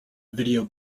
video